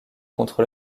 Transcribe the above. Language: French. contre